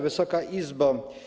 Wysoka Izbo!